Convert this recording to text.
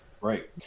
Right